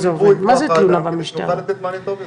כדי שנוכל לתת מענה טוב יותר.